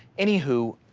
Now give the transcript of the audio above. any who?